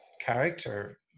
character